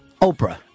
Oprah